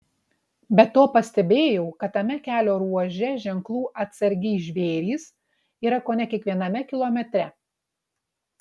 be to pastebėjau kad tame kelio ruože ženklų atsargiai žvėrys yra kone kiekviename kilometre